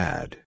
Bad